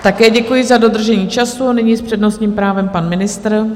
Také děkuji za dodržení času a nyní s přednostním právem pan ministr.